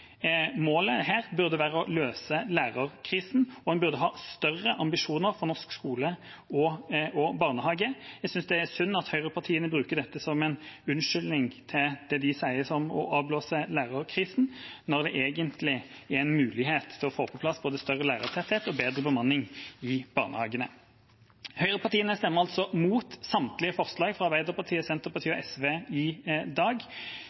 Målet her burde være å løse lærerkrisen, og en burde hatt større ambisjoner for norsk skole og barnehage. Jeg synes det er synd at høyrepartiene bruker dette som en unnskyldning for det vi sier er å avblåse lærerkrisen, når de egentlig har en mulighet til å få på plass både større lærertetthet og bedre bemanning i barnehagene. Høyrepartiene stemmer altså imot samtlige forslag fra Arbeiderpartiet, Senterpartiet og SV i dag,